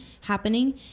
happening